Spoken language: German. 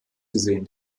gesehen